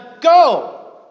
Go